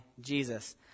Jesus